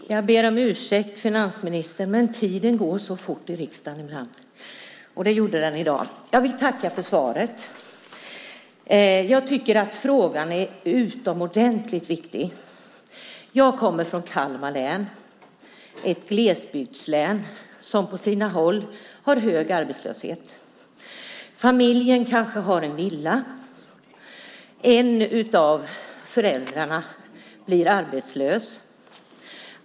Fru talman! Jag ber om ursäkt för att jag är sen, finansministern, men tiden går ibland så fort i riksdagen. Det gjorde den i dag. Jag vill tacka för svaret. Frågan är utomordentligt viktig. Jag kommer från Kalmar län, ett glesbygdslän som på sina håll har hög arbetslöshet. Det kan gälla en familj som kanske har en villa. En av föräldrarna blir arbetslös.